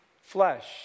flesh